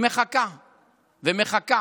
היא מחכה ומחכה,